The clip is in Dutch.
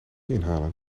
inhalen